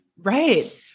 Right